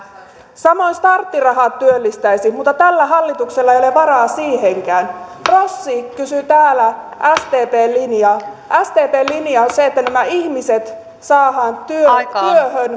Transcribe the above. samoin starttiraha työllistäisi mutta tällä hallituksella ei ole varaa siihenkään rossi kysyi täällä sdpn linjaa sdpn linja on se että nämä ihmiset saadaan työhön